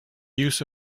use